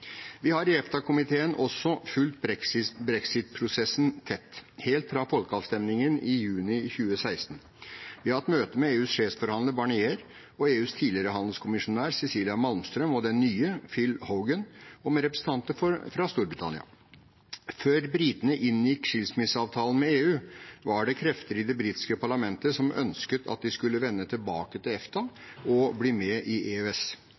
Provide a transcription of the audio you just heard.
Vi har i EFTA-komiteen også fulgt brexit-prosessen tett, helt fra folkeavstemningen i juni 2016. Vi har hatt møter med EUs sjefsforhandler, Barnier, med EUs tidligere handelskommisær Cecilia Malmström og den nye, Phil Hogan, og med representanter fra Storbritannia. Før britene inngikk skilsmisseavtalen med EU, var det krefter i det britiske parlamentet som ønsket at de skulle vende tilbake til EFTA og bli med i EØS.